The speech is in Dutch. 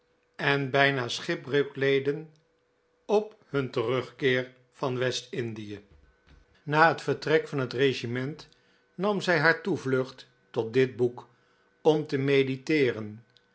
en bijna schipbreuk leden op hun terugkeer van west-indie na het vertrek van het regiment nam zij haar toevlucht tot dit boek om te mediteeren